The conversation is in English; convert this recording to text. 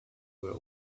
were